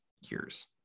years